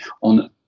on